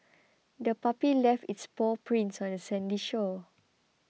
the puppy left its paw prints on the sandy shore